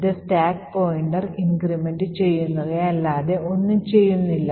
ഇത് stack pointer increment ചെയ്യുകയല്ലാതെ ഒന്നും ചെയ്യുന്നില്ല